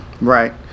right